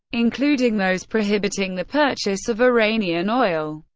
including those prohibiting the purchase of iranian oil.